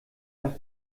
nach